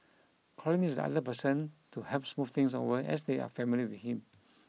Colin is the ideal person to help smooth things over as they are family with him